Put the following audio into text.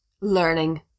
learning